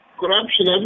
Corruption